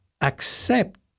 Accept